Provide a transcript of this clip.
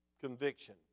Conviction